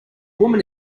women